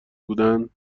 بودند